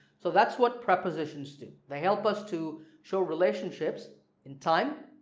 so that's what prepositions do they help us to show relationships in time,